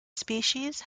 species